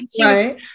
Right